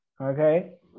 okay